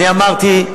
אמרתי,